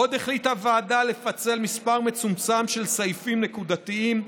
2. עוד החליטה הוועדה לפצל מספר מצומצם של סעיפים נקודתיים.